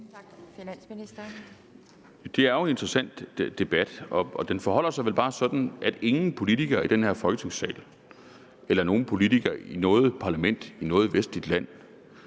Det er jo en interessant debat, og det forholder sig vel bare sådan, at ingen politiker i den her Folketingssal eller nogen politiker i noget parlament i noget vestligt land